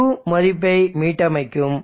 Q மதிப்பை மீட்டமைக்கும்